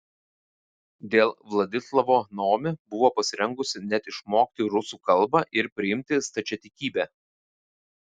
dėl vladislavo naomi buvo pasirengusi net išmokti rusų kalbą ir priimti stačiatikybę